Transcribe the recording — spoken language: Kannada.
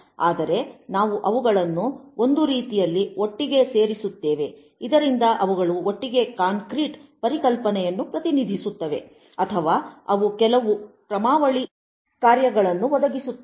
ಆದರೆ ನಾವು ಅವುಗಳನ್ನು ಒಂದು ರೀತಿಯಲ್ಲಿ ಒಟ್ಟಿಗೆ ಸೇರಿಸುತ್ತೇವೆ ಇದರಿಂದ ಅವುಗಳು ಒಟ್ಟಿಗೆ ಕಾಂಕ್ರೀಟ್ ಪರಿಕಲ್ಪನೆಗಳನ್ನು ಪ್ರತಿನಿಧಿಸುತ್ತವೆ ಅಥವಾ ಅವು ಕೆಲವು ಕ್ರಮಾವಳಿ ಕಾರ್ಯಗಳನ್ನು ಒದಗಿಸುತ್ತವೆ